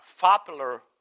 popular